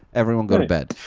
everyone go to bed.